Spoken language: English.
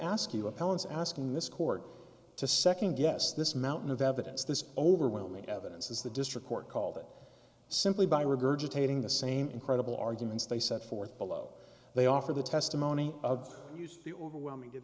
appellants asking this court to second guess this mountain of evidence this overwhelming evidence is the district court called it simply by regurgitating the same incredible arguments they set forth below they offer the testimony of the overwhelming did